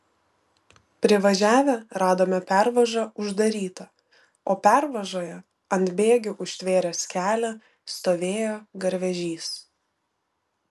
privažiavę radome pervažą uždarytą o pervažoje ant bėgių užtvėręs kelią stovėjo garvežys